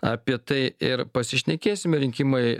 apie tai ir pasišnekėsim rinkimai